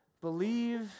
Believe